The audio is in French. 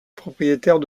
propriétaire